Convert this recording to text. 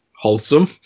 wholesome